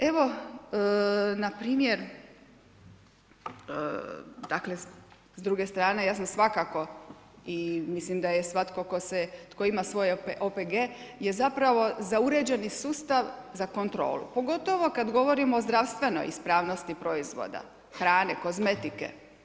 Evo npr. dakle s druge strane ja sam svakako i mislim da je svatko tko ima svoj OPG je zapravo za uređeni sustav, za kontrolu, pogotovo kada govorimo o zdravstvenoj ispravnosti proizvoda hrane, kozmetike.